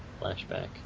flashback